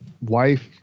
wife